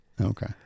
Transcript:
Okay